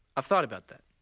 i've thought about that.